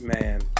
Man